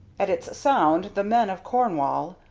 at its sound the men of cornwall,